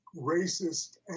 racist